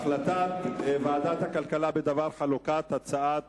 החלטת ועדת הכלכלה בדבר חלוקת הצעת